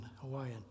Hawaiian